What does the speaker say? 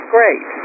Great